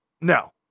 No